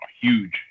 huge